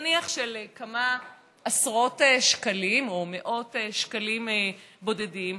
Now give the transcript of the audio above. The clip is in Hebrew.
נניח של כמה עשרות שקלים או מאות שקלים בודדים,